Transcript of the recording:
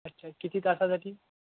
अच्छा किती तासासाठी